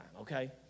okay